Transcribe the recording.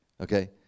okay